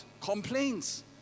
complaints